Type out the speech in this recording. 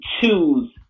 choose